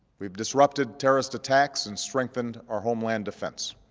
we've disrupted terrorist attacks and strengthened our homeland defense.